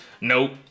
Nope